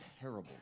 terrible